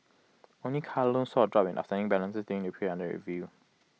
only car loans saw A drop in outstanding balances during the period under review